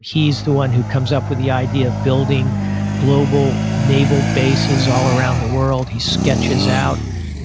he's the one who comes up with the idea of building global naval basis all around the world. he sketches out